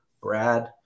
Brad